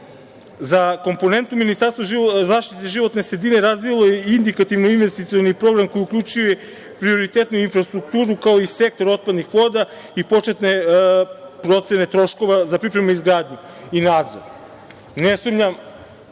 mi.Za komponentu Ministarstvo za zaštitu životne sredine razvilo je indikativno investicioni program koji uključuje prioritetnu infrastrukturu kao i sektor otpadnih voda i početne procene troškova za pripremu i izgradnju i nadzor. Ne sumnjam